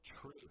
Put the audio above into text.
truth